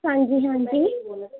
ہاں جی ہاں جی